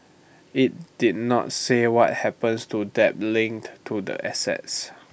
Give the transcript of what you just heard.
IT did not say what happens to debt linked to the assets